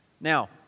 Now